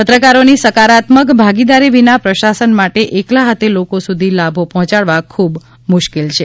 પત્રકારોની સકારાત્મક ભાગીદારી વિના પ્રશાસન માટે એકલા હાથે લોકો સુધી લાભો પહોંચાડવા ખૂબ મુશ્કેલ છે